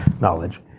knowledge